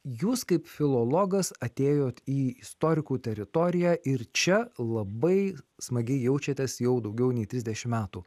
jūs kaip filologas atėjot į istorikų teritoriją ir čia labai smagiai jaučiatės jau daugiau nei trisdešim metų